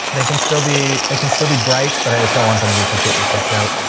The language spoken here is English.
they can still be, it can still be bright, but i just don't want them to be completely clipped out.